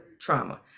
trauma